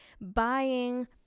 buying